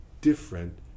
different